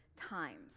times